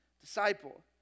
disciple